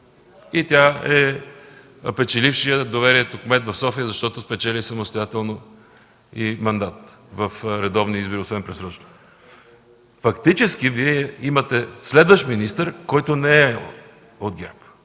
И тя е печелившият доверието кмет на София, защото спечели самостоятелно и мандат в редовни избори, освен предсрочни. Фактически Вие имате следващ министър, който не е от